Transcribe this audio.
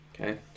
Okay